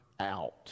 out